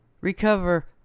recover